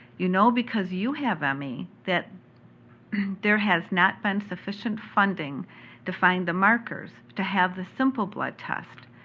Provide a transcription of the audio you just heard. you know because you have me, that there has not been sufficient funding to find the markers, to have the simple blood tests.